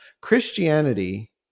Christianity